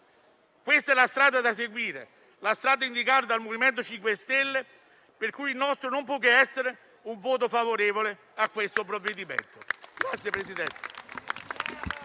Questa è la strada da seguire, la strada indicata dal MoVimento 5 Stelle, per cui il nostro non può che essere un voto favorevole a questo disegno